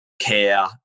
care